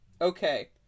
Okay